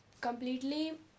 completely